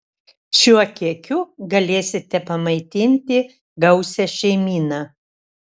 šiuo kiekiu galėsite pamaitinti gausią šeimyną